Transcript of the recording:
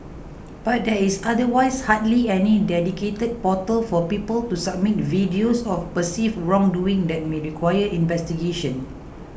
but there is otherwise hardly any dedicated portal for people to submit videos of perceived wrongdoing that may require investigation